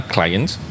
Clients